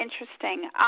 interesting